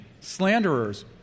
slanderers